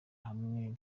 hamwe